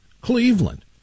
Cleveland